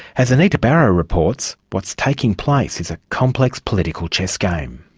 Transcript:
as anita barraud reports, what's taking place is a complex political chess game.